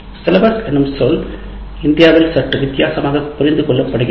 "பாடத்திட்டம்" என்ற சொல் இந்தியாவில் சற்று வித்தியாசமாக புரிந்துகொள்ளப்படுகிறது